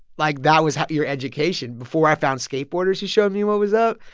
like, that was your education before i found skateboarders, he showed me what was up.